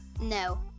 No